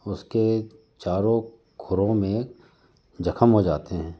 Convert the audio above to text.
उसके चारों खुरो में जख्म हो जाते हैं